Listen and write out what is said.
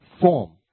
form